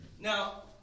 Now